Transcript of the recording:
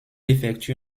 effectue